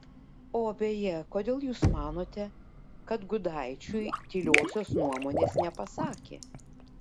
o beje kodėl jūs manote kad gudaičiui tyliosios nuomonės nepasakė